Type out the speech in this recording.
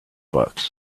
books